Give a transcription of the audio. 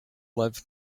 live